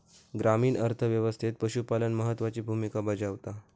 ग्रामीण अर्थ व्यवस्थेत पशुपालन महत्त्वाची भूमिका बजावता